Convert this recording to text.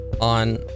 on